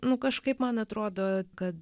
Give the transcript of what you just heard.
nu kažkaip man atrodo kad